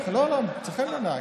לא, לא, מוצא חן בעיניי.